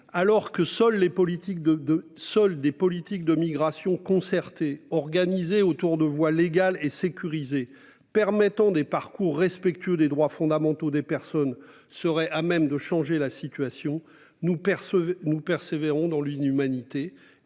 de, de sol, des politiques de migration concertée, organisée autour de voie légale et sécurisée permettant des parcours respectueux des droits fondamentaux des personnes seraient à même de changer la situation, nous percevons-nous persévérant dans l'inhumanité